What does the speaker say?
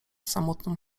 samotną